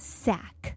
sack